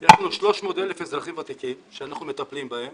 יש לנו 300,000 אזרחים ותיקים שאנחנו מטפלים בהם